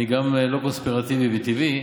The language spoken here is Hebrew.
אני גם לא קונספירטיבי מטבעי,